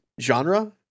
genre